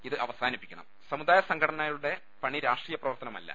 ഇത് അവസാനിപ്പിക്കണം സമുദായ സംഘടനകളുടെ പണി രാഷ്ട്രീയ പ്രവർത്തനമല്ല